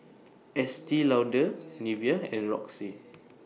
Estee Lauder Nivea and Roxy